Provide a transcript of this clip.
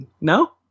no